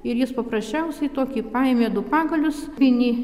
ir jis paprasčiausiai tokį paėmė du pagalius vinį